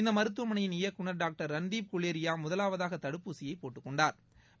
இந்த மருத்துவமனையின் இயக்குநர் டாக்டர் ரன்தீப் குலேரியா முதலாவதாக தடுப்பூசியை போட்டுக் கொண்டாா்